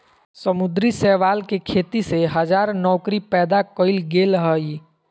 समुद्री शैवाल के खेती से हजार नौकरी पैदा कइल गेल हइ